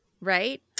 right